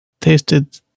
tasted